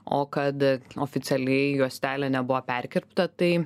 o kad oficialiai juostelė nebuvo perkirpta tai